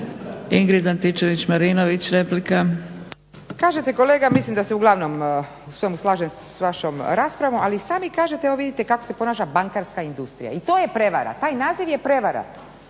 **Antičević Marinović, Ingrid (SDP)** Kažete kolega mislim da se uglavnom u svemu slažem sa vašom raspravom, ali sami kažete evo vidite kako se ponaša bankarska industrija i to je prevara. Taj naziv je prevara.